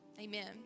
amen